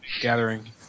gathering